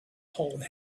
told